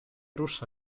rusza